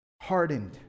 Hardened